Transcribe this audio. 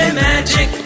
magic